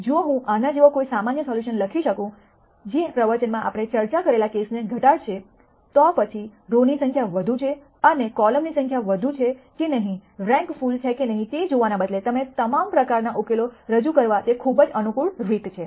જો હું આના જેવો કોઈ સામાન્ય સોલ્યુશન લખી શકું જે આ પ્રવચનમાં આપણે ચર્ચા કરેલા કેસને ઘટાડશે તો પછી રોની સંખ્યા વધુ છે અને કો ની સંખ્યા વધુ છે કે નહીં રેન્ક ફૂલ છે કે નહિ તે જોવાને બદલે તમામ પ્રકારના ઉકેલો રજૂ કરવા તે ખૂબ જ અનુકૂળ રીત છે